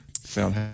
Found